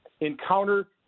encounter